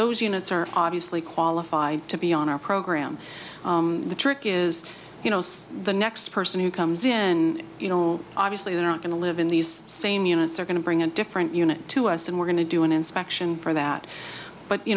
those units are obviously qualified to be on our program the trick is the next person who comes in you know obviously they're not going to live in the same units are going to bring a different unit to us and we're going to do an inspection for that but you